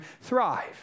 thrive